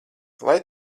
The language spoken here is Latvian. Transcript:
lai